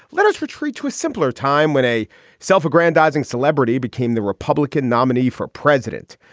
let us retreat to a simpler time when a self-aggrandizing celebrity became the republican nominee for president.